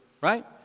right